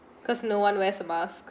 cause no one wears a mask